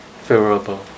favorable